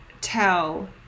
tell